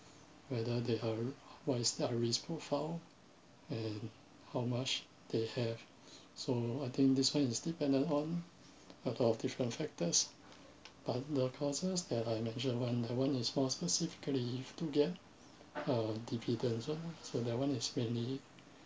whether they uh what is their risk profile and how much they have so I think this one is dependent on a lot of different factors but the courses that I mentioned one that one is more specifically to get uh dividends so so that one is mainly